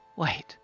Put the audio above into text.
Wait